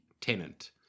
tenant